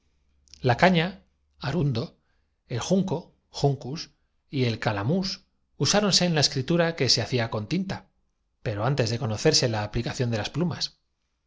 la caña arundo el junco juncus y el cala to cuando un mus usáronse en la escritura que se hacía con tinta mátame al sabio de juanita que soñaba le hizo pero antes de conocerse la aplicación de las plumas